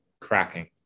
cracking